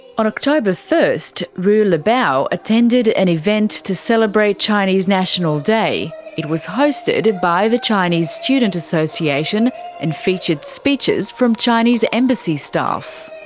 on october one, wu lebao attended an event to celebrate chinese national day. it was hosted by the chinese student association and featured speeches from chinese embassy staff.